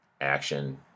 Action